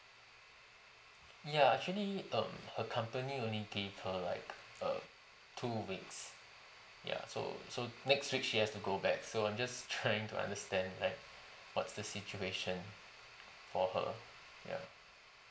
ya actually um her company only give her like a two weeks ya so so next week she has to go back so I'm just trying to understand like what's the situation for her ya